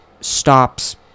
stops